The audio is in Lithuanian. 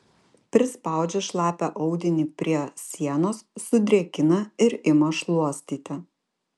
prispaudžia šlapią audinį prie sienos sudrėkina ir ima šluostyti